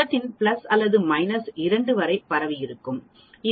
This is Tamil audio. Z இன் பிளஸ் அல்லது மைனஸ் 2 வரை பரவியிருக்கும் இந்த பகுதி 0